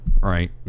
right